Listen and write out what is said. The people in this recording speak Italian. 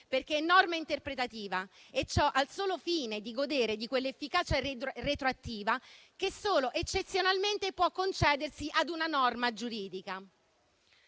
perché norma interpretativa, e ciò al solo fine di godere di quella efficacia retroattiva che solo eccezionalmente può concedersi ad una norma giuridica.